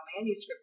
manuscript